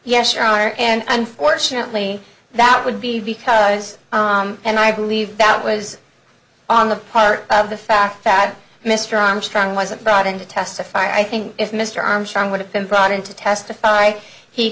honor and fortunately that would be because and i believe that was on the part of the fact that mr armstrong wasn't brought in to testify i think if mr armstrong would have been brought in to testify he